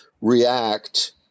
react –